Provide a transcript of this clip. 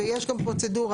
ויש גם פרוצדורה,